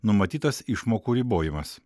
numatytas išmokų ribojimas